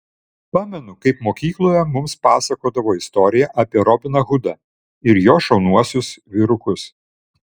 pamenu kaip mokykloje mums pasakodavo istoriją apie robiną hudą ir jo šauniuosius vyrukus